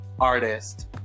artist